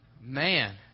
Man